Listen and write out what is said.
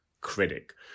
critic